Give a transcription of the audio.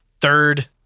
third